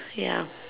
ya